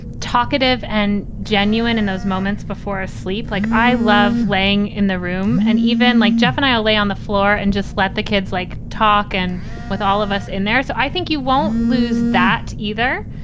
talkative and genuine. and those moments before a sleep. like, i love laying in the room and even like jeff and i'll lay on the floor and just let the kids, like, talk and with all of us in there. so i think you won't lose that either.